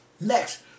Next